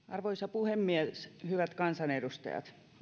arvoisa puhemies hyvät kansanedustajat